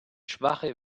schwache